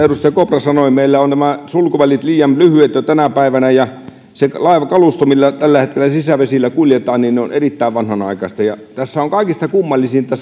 edustaja kopra sanoi meillä ovat nämä sulkuvälit liian lyhyet jo tänä päivänä ja se laivakalusto millä tällä hetkellä sisävesillä kuljetetaan on erittäin vanhanaikaista tässä on kaikista kummallisinta